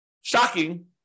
shocking